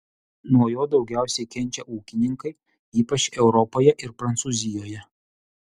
nuo jo daugiausiai kenčia ūkininkai ypač europoje ir prancūzijoje